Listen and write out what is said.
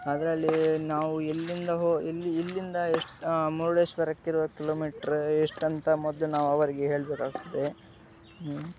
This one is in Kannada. ಅದರಲ್ಲಿ ನಾವು ಎಲ್ಲಿಂದ ಹೊ ಎಲ್ಲಿ ಎಲ್ಲಿಂದ ಎಷ್ಟು ಮುರುಡೇಶ್ವರಕ್ಕಿರುವ ಕಿಲೋಮೀಟ್ರ್ ಎಷ್ಟಂತ ಮೊದ್ಲು ನಾವು ಅವರಿಗೆ ಹೇಳಬೇಕಾಗ್ತದೆ